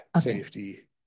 safety